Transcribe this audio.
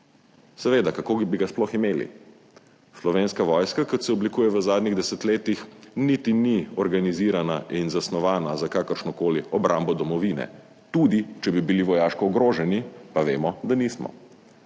Seveda, kako bi ga sploh imeli? Slovenska vojska, kot se oblikuje v zadnjih desetletjih, niti ni organizirana in zasnovana za kakršnokoli obrambo domovine, tudi če bi bili vojaško ogroženi, pa vemo, da nismo.